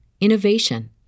innovation